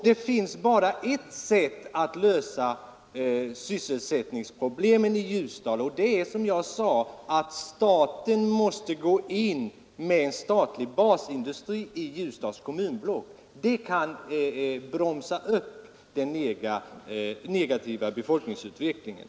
Det finns bara ett sätt att lösa sysselsättningsproblemen i Ljusdal, och det är att staten går in med en statlig basindustri i Ljusdals kommunblock. Det kan bromsa upp den negativa befolkningsutvecklingen.